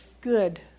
good